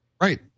Right